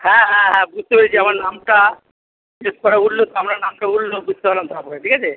হ্যাঁ হ্যাঁ হ্যাঁ বুঝতে পেরেছি আমার নামটা সেভ করা বললো আপনার নামটা বললো বুঝতে পারলাম তারপরে ঠিক আছে